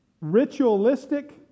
ritualistic